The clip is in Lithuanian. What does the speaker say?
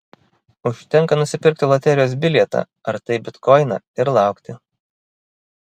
užtenka nusipirkti loterijos bilietą ar tai bitkoiną ir laukti